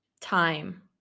time